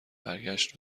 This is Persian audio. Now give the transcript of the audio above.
برگشت